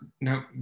now